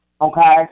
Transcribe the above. Okay